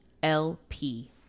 lp